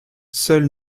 seul